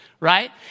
Right